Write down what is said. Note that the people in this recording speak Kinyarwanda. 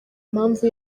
mpamvu